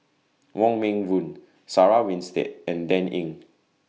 Wong Meng Voon Sarah Winstedt and Dan Ying